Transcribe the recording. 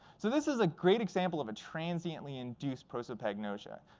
so this is a great example of a transiently induced prosopagnosia.